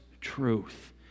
truth